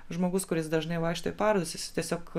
žmogus kuris dažnai vaikšto į parodas jis tiesiog